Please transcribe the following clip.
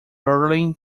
berlin